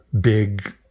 big